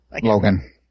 Logan